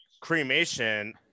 cremation